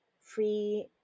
free